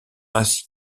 ainsi